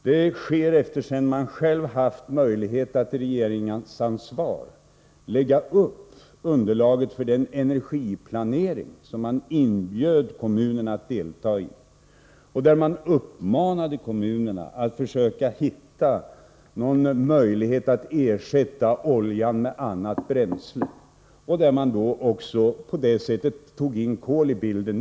Detta frågar man efter det att centern själv haft möjlighet att i regeringsställning skapa underlaget för den energiplanering som man inbjöd kommunerna att delta i och där man uppmanade kommunerna att försöka hitta någon möjlighet att ersätta olja med ett annat bränsle och på det sättet tog in kol i bilden.